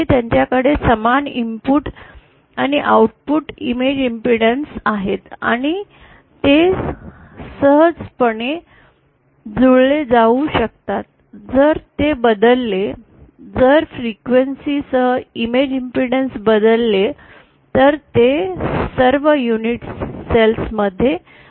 त्यांच्याकडे समान इनपुट आणि आउटपुट इमेज इम्पीडैन्स आहेत आणि ते सहजपणे जुळले जाऊ शकतात जर ते बदलले जर वारंवारते सह इमेज इम्पीडैन्स बदलले तर ते सर्व युनिट सेल्स मध्ये बदलू शकतात